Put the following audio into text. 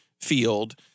field